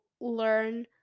learn